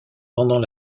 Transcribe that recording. pendant